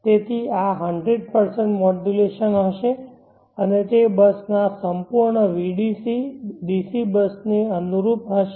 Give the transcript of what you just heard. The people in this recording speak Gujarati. તેથી આ 100 મોડ્યુલેશન હશે અને તે બસના સંપૂર્ણ vdc DC બસને અનુરૂપ હશે